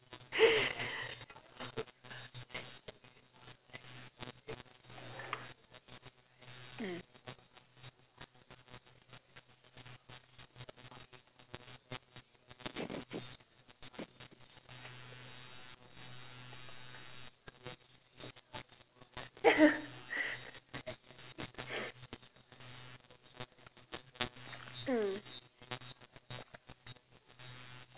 mm mm